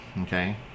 okay